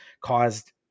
caused